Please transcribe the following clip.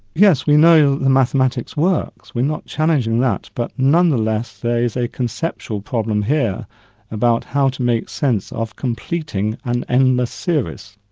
yes, we know the mathematics works, we're not challenging that, but nonetheless there is a conceptual problem here about how to make sense of completing an endless series.